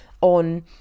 on